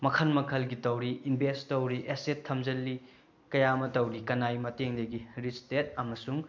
ꯃꯈꯜ ꯃꯈꯜꯒꯤ ꯇꯧꯔꯤ ꯏꯟꯕꯦꯁ ꯇꯧꯔꯤ ꯑꯦꯁꯦꯠ ꯊꯝꯖꯤꯜꯂꯤ ꯀꯌꯥ ꯑꯃ ꯇꯧꯔꯤ ꯀꯅꯥꯒꯤ ꯃꯇꯦꯡꯗꯒꯤ ꯔꯤꯁ ꯗꯦꯠ ꯑꯃꯁꯨꯡ